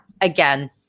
again